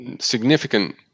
significant